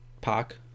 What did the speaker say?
Park